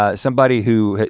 ah somebody who,